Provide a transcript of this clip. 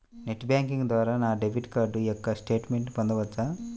Net banking ద్వారా నా debit card యొక్క స్టేట్మెంట్ పొందవచ్చా?